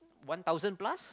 one thousand plus